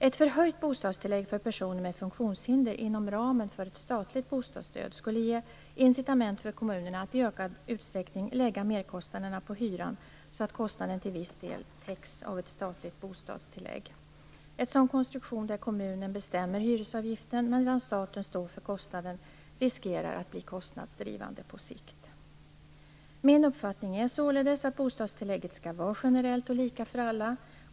Ett förhöjt bostadstillägg för personer med funktionshinder inom ramen för ett statligt bostadsstöd skulle ge incitament för kommunerna att i ökad utsträckning lägga merkostnaderna på hyran så att kostnaden till viss del täcks av ett statligt bostadstillägg. En sådan konstruktion där kommunen bestämmer hyresavgiften medan staten står för kostnaden riskerar att bli kostnadsdrivande på sikt. Min uppfattning är således att bostadstillägget skall vara generellt och lika för alla.